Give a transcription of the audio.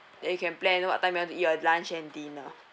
then you can plan what time you want to eat your lunch and dinner